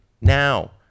now